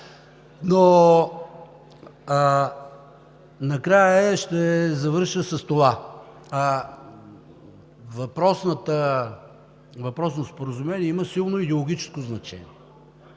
Накрая ще завърша с това. Въпросното Споразумение има силно идеологическо значение.